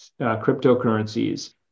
cryptocurrencies